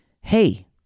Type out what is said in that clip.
hey